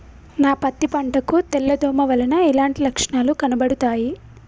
నా పత్తి పంట కు తెల్ల దోమ వలన ఎలాంటి లక్షణాలు కనబడుతాయి?